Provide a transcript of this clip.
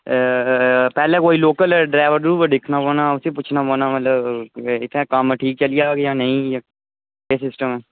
पैह्लें कोई local driver driver दिक्खना पौना उसी पुच्छना पौना मतलब इत्थैं कम्म ठीक चली जाह्ग जां नेई केह् सिस्टम